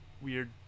weird